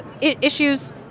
issues